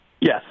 Yes